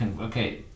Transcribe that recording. okay